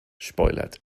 spoilert